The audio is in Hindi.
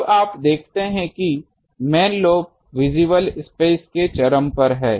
अब आप देखते हैं कि मेन लोब विजिबल स्पेस के चरम पर है